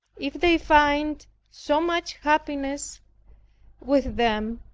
if they find so much happiness with them,